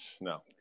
no